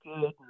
good